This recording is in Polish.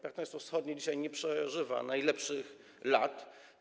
Partnerstwo Wschodnie dzisiaj nie przeżywa najlepszych lat.